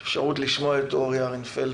יש אפשרות לשמוע עכשיו את אורי אהרנפלד,